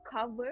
cover